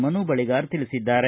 ಮನು ಬಳಿಗಾರ ತಿಳಿಸಿದ್ದಾರೆ